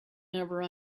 never